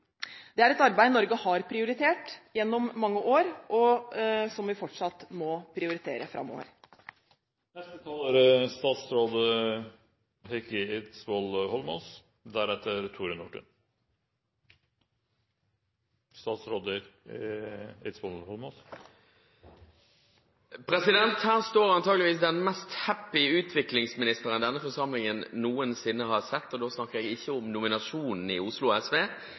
Det er et arbeid Norge har prioritert gjennom mange år, og som vi fortsatt må prioritere. Her står antakeligvis den mest «happy» utviklingsministeren denne forsamlingen noensinne har sett, og da snakker jeg ikke om nominasjonen i Oslo SV,